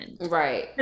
right